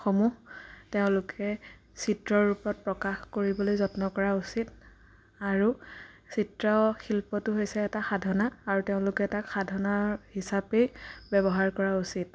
সমূহ তেওঁলোকে চিত্ৰৰ ৰূপত প্ৰকাশ কৰিবলৈ যত্ন কৰা উচিত আৰু চিত্ৰ শিল্পটো হৈছে এটা সাধনা আৰু তেওঁলোকে তাক সাধনা হিচাপেই ব্যৱহাৰ কৰা উচিত